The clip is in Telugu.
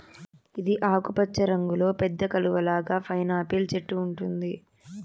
ఇది ఆకుపచ్చ రంగులో పెద్ద కలువ లాగా పైనాపిల్ చెట్టు ఉంటుంది